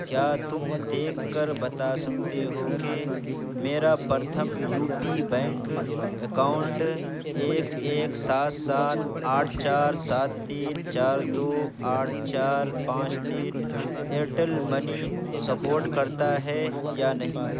کیا تم دیکھ کر بتا سکتے ہو کہ میرا Pratham U P bank account ایک ایک سات سات آٹھ چار سات تین چار دو آٹھ چار پانچ تین ایرٹیل منی سپوٹ کرتا ہے یا نہیں